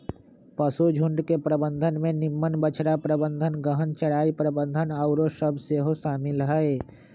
पशुझुण्ड के प्रबंधन में निम्मन बछड़ा प्रबंधन, गहन चराई प्रबन्धन आउरो सभ सेहो शामिल हइ